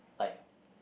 like